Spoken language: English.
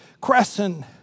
Crescent